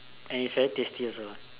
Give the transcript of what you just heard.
and it's very tasty also